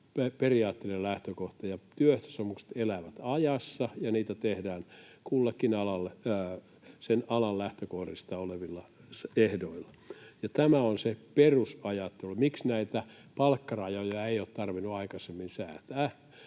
periaatteellinen lähtökohta. Työehtosopimukset elävät ajassa, ja niitä tehdään kullakin alalla sen alan lähtökohdista olevilla ehdoilla. Tämä on se perusajattelu, miksi näitä palkkarajoja ei ole tarvinnut aikaisemmin säätää